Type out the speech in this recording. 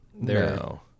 No